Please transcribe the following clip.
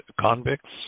convicts